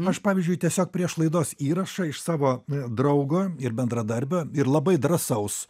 aš pavyzdžiui tiesiog prieš laidos įrašą iš savo draugo ir bendradarbio ir labai drąsaus